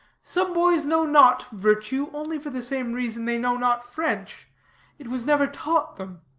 some boys know not virtue only for the same reason they know not french it was never taught them.